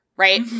Right